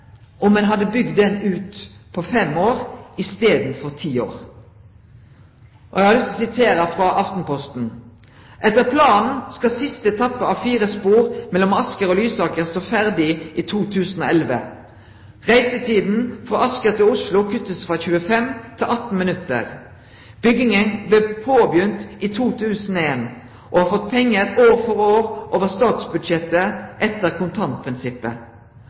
om ein hadde bygt ho ut på fem år i staden for ti år. Eg har lyst til å sitere frå Aftenposten: «Etter planen skal siste etappe av fire spor mellom Asker og Lysaker stå ferdig i 2011. Reisetiden fra Asker til Oslo kuttes frå 25 til 18 minutter. Byggingen ble påbegynt i 2001, og har fått penger år for år over statsbudsjettet etter kontantprinsippet.